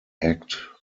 act